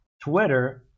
Twitter